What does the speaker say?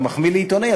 אתה מחמיא לעיתונאי,